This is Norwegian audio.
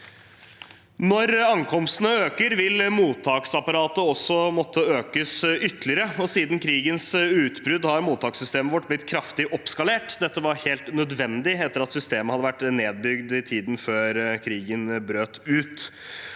Når ankomstene øker, vil mottaksapparatet også måtte økes ytterligere, og siden krigens utbrudd har mottakssystemet vårt blitt kraftig oppskalert. Dette var helt nødvendig etter at systemet hadde vært nedbygd i tiden før krigen brøt ut.